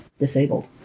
Disabled